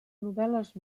novel·les